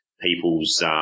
people's